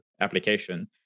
application